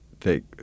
take